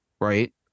right